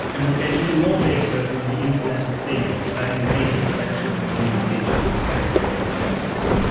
and will get even more data from the internet of things, adding data collection and communications to everyday objects.